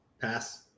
pass